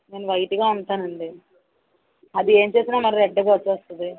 నేను వైట్గా ఉంటానండి అది ఏం చేసినా మరి రెడ్గా వచ్చేస్తుంది